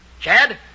Chad